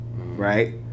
right